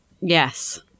Yes